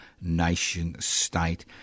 nation-state